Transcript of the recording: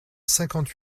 cinquante